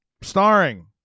Starring